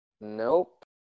nope